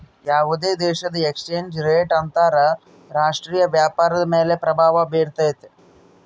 ಯಾವುದೇ ದೇಶದ exchange rate ಅಂತರ ರಾಷ್ಟ್ರೀಯ ವ್ಯಾಪಾರದ ಮೇಲೆ ಪ್ರಭಾವ ಬಿರ್ತೈತೆ